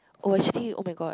oh actually oh-my-god